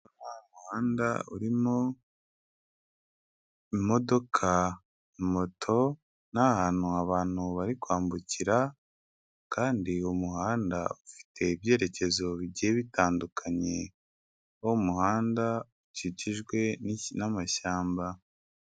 Umuhanda urimo imodoka, moto n'ahantu abantu bari kwambukira kandi umuhanda ufite ibyerekezo bigiye bitandukanye, uwo muhanda ukikijwe n'amashyamba.